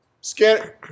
scan